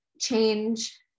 change